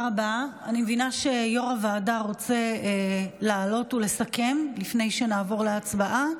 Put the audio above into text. אני מבינה שיו"ר הוועדה רוצה לעלות ולסכם לפני שנעבור להצבעה.